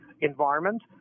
environment